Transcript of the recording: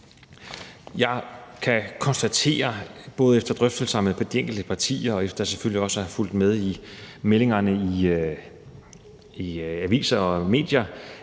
Jeg kan konstatere, både efter drøftelser med de enkelte partier og selvfølgelig også efter at have fulgt med i meldingerne i aviser og medier,